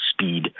speed